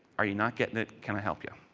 are you not getting it? can i help you?